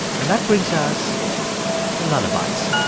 and that brings us to lullabies